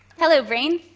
hello, brains!